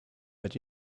but